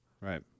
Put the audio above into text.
right